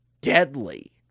deadly